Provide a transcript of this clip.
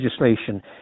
legislation